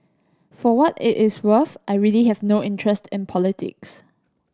for what it is worth I really have no interest in politics